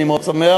אני מאוד שמח,